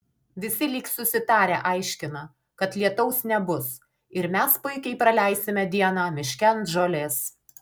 visi lyg susitarę aiškina kad lietaus nebus ir mes puikiai praleisime dieną miške ant žolės